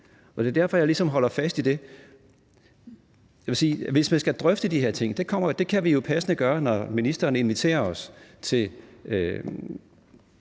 fast i det. Jeg vil sige, at hvis man skal drøfte de her ting – det kan vi jo passende gøre, når ministeren inviterer os til